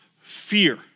fear